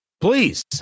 Please